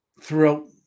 throughout